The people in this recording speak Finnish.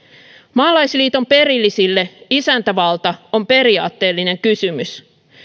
maalaisliiton perillisille isäntävalta on periaatteellinen kysymys